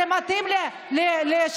מהביצה של ליברמן.